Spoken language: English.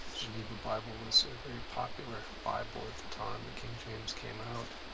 geneva bible was a very popular bible at the time the king james came out.